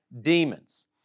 demons